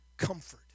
comfort